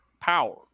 power